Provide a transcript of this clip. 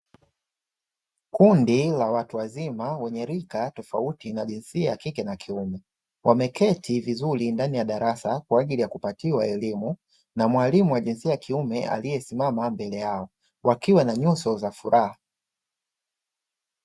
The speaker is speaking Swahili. Kundi la watu wazima wenye rika tofauti na jinsia ya kike na kiume, wameketi vizuri ndani ya darasa kwa ajili ya kupatiwa elimu na mwalimu wa jinsia ya kiume aliyesimama mbele yao, wakiwa na nyuso za furaha.